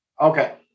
Okay